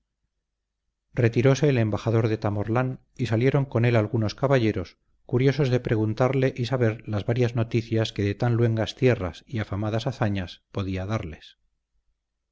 retiróse el embajador de tamorlán y salieron con él algunos caballeros curiosos de preguntarle y saber las varias noticias que de tan luengas tierras y afamadas hazañas podía darles